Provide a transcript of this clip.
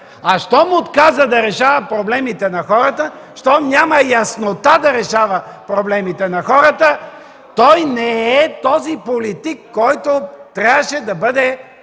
А щом отказа да решава проблемите на хората, щом няма яснота да решава проблемите на хората, той не е този политик, който трябваше да бъде